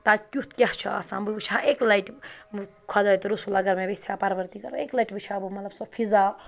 تَتہِ کیُٚتھ کیٛاہ چھِ آسان بہٕ وٕچھِ ہا اکہِ لَٹہِ خۄداے تہٕ رسوٗل اگر مےٚ ویٚژھِ ہا پَروَردِگار اکہِ لَٹہِ وٕچھِ ہا بہٕ مطلب سۄ فِضا